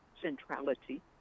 centrality